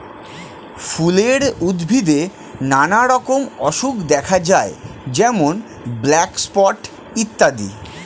ফুলের উদ্ভিদে নানা রকম অসুখ দেখা যায় যেমন ব্ল্যাক স্পট ইত্যাদি